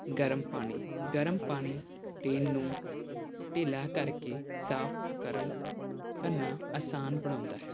ਗਰਮ ਪਾਣੀ ਗਰਮ ਪਾਣੀ ਤੇਲ ਨੂੰ ਢਿੱਲਾ ਕਰਕੇ ਸਾਫ ਕਰਨ ਕਰਨਾ ਆਸਾਨ ਬਣਾਉਂਦਾ ਹੈ